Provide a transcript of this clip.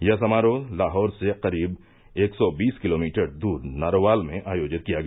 यह समारोह लाहौर से करीब एक सौ बीस किलोमीटर दूर नारोवाल में आयोजित किया गया